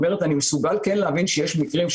60 יום לא יגרום שום נזק לאף אחד,